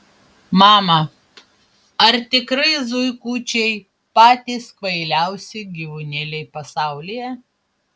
mama ar tikrai zuikučiai patys kvailiausi gyvūnėliai pasaulyje